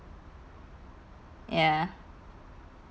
ya